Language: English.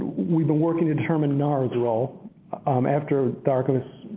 we've been working to determine nara's role um after the archivists